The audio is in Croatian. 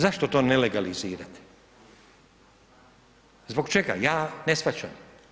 Zašto to ne legalizirati, zbog čega, ja ne shvaćam.